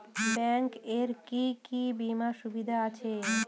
Bank এ কি কী বীমার সুবিধা আছে?